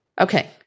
Okay